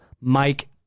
Mike